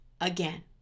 again